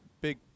big